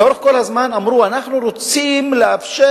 לאורך כל הזמן אמרו: אנחנו רוצים לאפשר